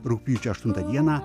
rugpjūčio aštuntą dieną